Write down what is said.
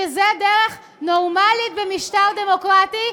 שזה דרך נורמלית במשטר דמוקרטי,